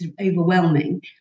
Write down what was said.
overwhelming